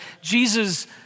Jesus